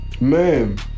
Man